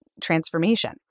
transformation